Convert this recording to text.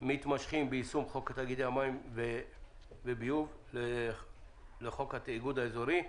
מתמשכים בחוק תאגידי המים והביוב לחוק התאגוד האזורי,